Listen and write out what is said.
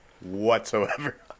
whatsoever